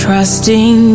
Trusting